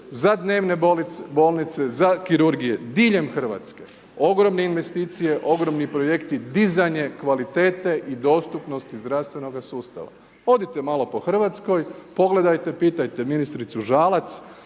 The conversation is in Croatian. za dnevne bolnice, za kirurgije diljem Hrvatske, ogromne investicije, ogromni projekti, dizanje kvalitete i dostupnosti zdravstvenoga sustava. Odite malo po Hrvatskoj, pogledajte, pitajte ministricu Žalac,